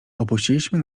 opuściliśmy